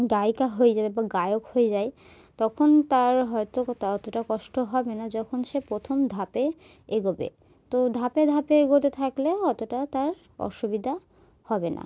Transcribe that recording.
গায়িকা হয়ে যাবে বা গায়ক হয়ে যায় তখন তার হয়তো তা অতটা কষ্ট হবে না যখন সে প্রথম ধাপে এগোবে তো ধাপে ধাপে এগোতে থাকলে অতটা তার অসুবিধা হবে না